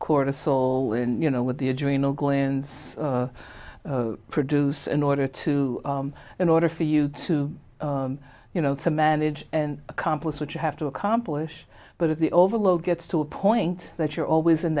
cortisol in you know what the adrenal glands produce in order to in order for you to you know to manage and accomplish what you have to accomplish but if the overload gets to a point that you're always in